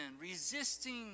resisting